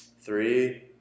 Three